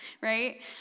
right